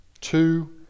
Two